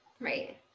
right